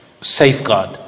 safeguard